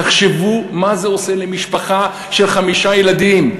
תחשבו מה זה עושה למשפחה של חמישה ילדים,